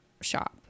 shop